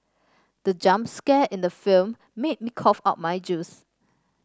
the jump scare in the film made me cough out my juice